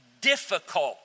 difficult